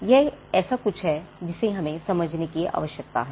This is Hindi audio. यह ऐसा कुछ है जिसे हमें समझने की आवश्यकता है